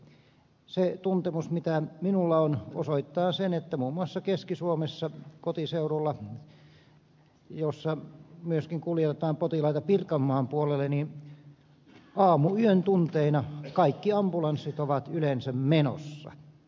se tuntemus mitä minulla on osoittaa sen että muun muassa keski suomessa kotiseudullani mistä myöskin kuljetetaan potilaita pirkanmaan puolelle aamuyön tunteina kaikki ambulanssit ovat yleensä menossa